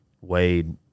Wade –